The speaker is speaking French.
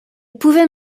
pouvait